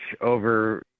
over